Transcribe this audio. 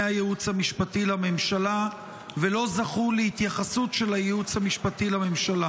הייעוץ המשפטי לממשלה ולא זכו להתייחסות של הייעוץ המשפטי לממשלה.